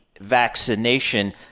vaccination